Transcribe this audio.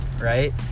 right